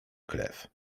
krew